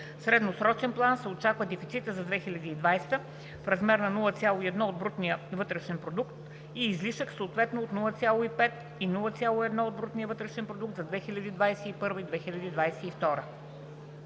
средносрочен план се очаква дефицит за 2020 г. в размер на 0,1% от брутния вътрешен продукт и излишък съответно от 0,5% и 0,1% от брутния вътрешен продукт за 2021-а